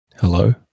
Hello